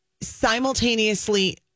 simultaneously